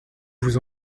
vous